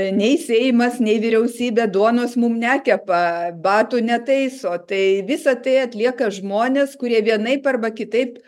nei seimas nei vyriausybė duonos mum nekepa batų netaiso tai visa tai atlieka žmonės kurie vienaip arba kitaip